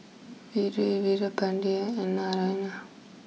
Vedre Veerapandiya and Naraina